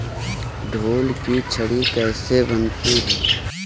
ढोल की छड़ी कैसे बनती है?